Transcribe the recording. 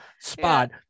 spot